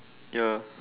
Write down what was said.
ya